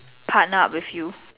partner up with you